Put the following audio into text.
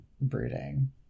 brooding